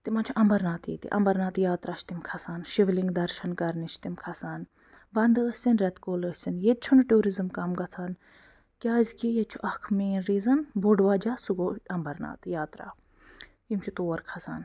تِمَن چھِ اَمبَرناتھ ییٚتہِ اَمبَرناتھ یاترٛاہ چھِ تِم کھسان شِولِنٛگ درشَن کرنہِ چھِ تِم کھسان وَنٛدٕ ٲسِن ریٚتہٕ کول ٲسِن ییٚتہِ چھِنہٕ ٹوٗرِزِم کَم گژھان کیٛازِکہ ییٚتہِ چھُ اَکھ مین ریٖزَن بوٚڈ وجہ سُہ گوٚو امبَرناتھ یاترٛاہ یِم چھِ تور کھسان